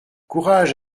courage